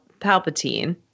Palpatine